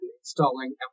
installing